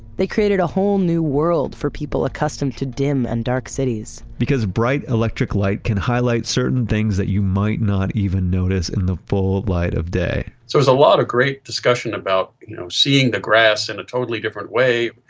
they created a whole new world for people accustomed to dim and dark cities because bright electric light can highlight certain things that you might not even notice in the full light of day so there's a lot of great discussion about you know seeing the grass in a totally different way.